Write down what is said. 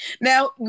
Now